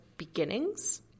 beginnings